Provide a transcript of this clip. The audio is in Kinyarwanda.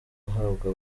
ahabwa